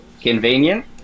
convenient